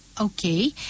Okay